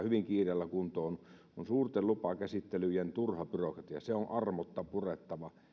hyvin kiireellä kuntoon on suurten lupakäsittelyjen turha byrokratia se on armotta purettava